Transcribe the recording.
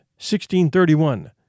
1631